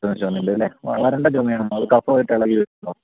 ചുമയുണ്ടല്ലേ വരണ്ട ചുമയാണോ അതോ കഫമായിട്ട് ഇളകിവരുമോ